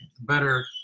better